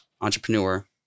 entrepreneur